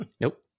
Nope